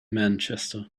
manchester